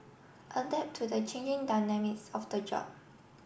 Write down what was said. adapt to the changing dynamics of the job